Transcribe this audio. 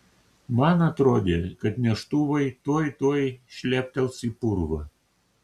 man atrodė kad neštuvai tuoj tuoj šleptels į purvą